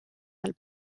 del